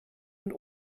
und